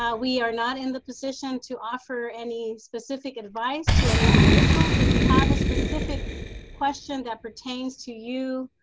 we are not in the position to offer any specific advice to any individual. so if you have a specific question that pertains to you